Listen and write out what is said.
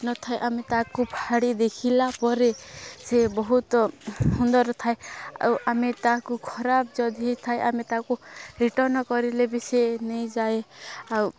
ନଥାଏ ଆମେ ତାକୁ ଫାଡ଼ି ଦେଖିଲା ପରେ ସେ ବହୁତ ସୁନ୍ଦର ଥାଏ ଆଉ ଆମେ ତାକୁ ଖରାପ ଯଦି ଥାଏ ଆମେ ତାକୁ ରିଟର୍ନ କରିଲେ ବି ସେ ନେଇଯାଏ ଆଉ